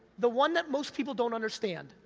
the one that most people don't understand,